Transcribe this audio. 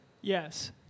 Yes